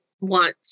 want